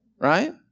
right